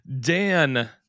dan